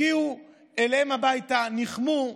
הגיעו אליהם הביתה, ניחמו,